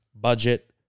budget